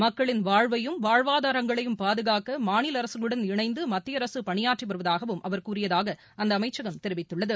மக்களின் வாழ்வையும் வாழ்வாதாரங்களையும் பாதுகாக்க மாநில அரசுகளுடன் இணைந்து மத்திய அரசு பணியாற்றி வருவதாகவும் அவர் கூறியதாக அந்த அமைச்சகம் தெரிவித்துள்ளது